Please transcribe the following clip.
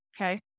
okay